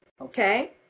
okay